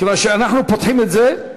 כיוון שאנחנו פותחים את זה,